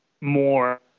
more